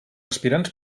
aspirants